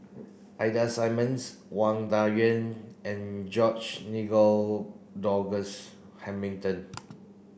Ida Simmons Wang Dayuan and George Nigel Douglas Hamilton